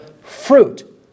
fruit